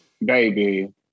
baby